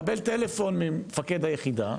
מקבל טלפון ממפקד היחידה,